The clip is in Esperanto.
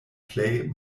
plej